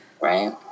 Right